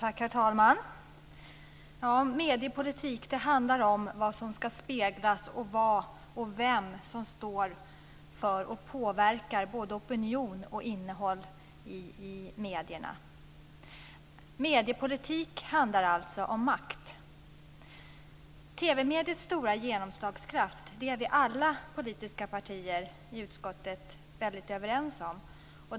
Herr talman! Mediepolitik handlar om vad som ska speglas och vem som påverkar både opinion och innehåll i medierna. Mediepolitik handlar alltså om makt. TV-mediets stora genomslagskraft är alla partier i utskottet överens om.